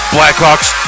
Blackhawks